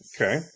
Okay